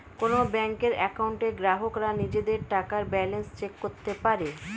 কোন ব্যাংকের অ্যাকাউন্টে গ্রাহকরা নিজেদের টাকার ব্যালান্স চেক করতে পারে